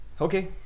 Okay